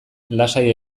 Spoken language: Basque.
lasai